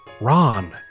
Ron